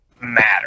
matter